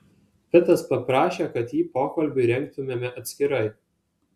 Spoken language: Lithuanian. pitas paprašė kad jį pokalbiui rengtumėme atskirai